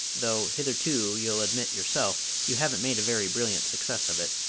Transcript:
though hitherto, you'll admit yourself, you haven't made a very brilliant success of it.